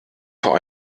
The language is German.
vor